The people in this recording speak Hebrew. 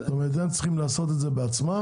זאת אומרת, הם צריכים לעשות את זה בעצמם.